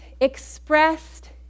expressed